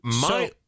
So-